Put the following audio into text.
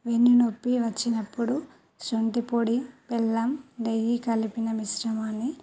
వెన్నునొప్పి వచ్చినప్పుడు శొంఠిపొడి బెల్లం నెయ్యి కలిపిన మిశ్రమాన్ని